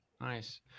Nice